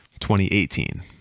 2018